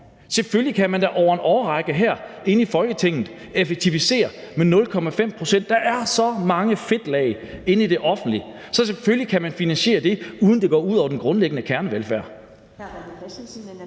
Selvfølgelig kan man da over en årrække herinde fra Folketinget effektivisere med 0,5 pct. Der er så mange fedtlag inde i det offentlige, så man selvfølgelig kan finansiere det, uden at det går ud over den grundlæggende kernevelfærd.